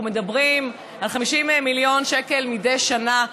אנחנו מדברים על 50 מיליון שקל מדי שנה,